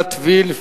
עינת וילף.